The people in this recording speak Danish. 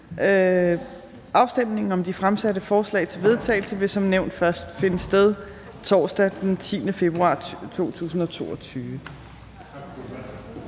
Afstemningen om de fremsatte forslag til vedtagelse vil som nævnt først finde sted torsdag den 10. februar 2022.